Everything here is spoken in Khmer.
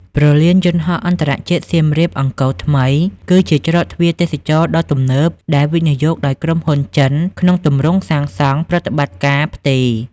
ព្រលានយន្តហោះអន្តរជាតិសៀមរាប-អង្គរថ្មី គឺជាច្រកទ្វារទេសចរណ៍ដ៏ទំនើបដែលវិនិយោគដោយក្រុមហ៊ុនចិនក្នុងទម្រង់សាងសង់-ប្រតិបត្តិការ-ផ្ទេរ។